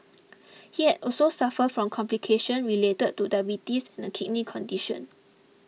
he had also suffered from complications related to diabetes and a kidney condition